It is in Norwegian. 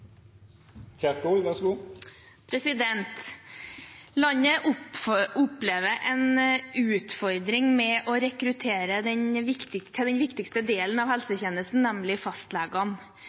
Landet opplever en utfordring med å rekruttere til den viktigste delen av helsetjenesten, nemlig